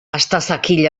astazakil